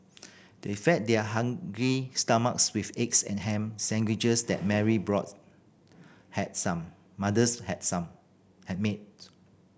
they fed their hungry stomachs with eggs and ham sandwiches that Mary brother had some mother's had some had made